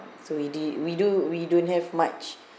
so we do we do we don't have much